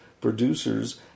producers